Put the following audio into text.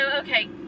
okay